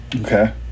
Okay